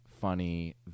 funny